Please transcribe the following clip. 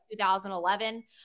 2011